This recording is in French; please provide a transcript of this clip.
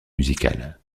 musicale